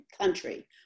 country